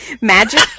magic